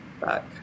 back